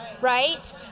right